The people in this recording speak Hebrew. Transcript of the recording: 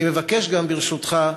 אני מבקש גם, ברשותך,